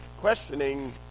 questioning